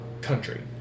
country